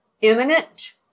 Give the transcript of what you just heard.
imminent